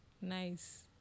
Nice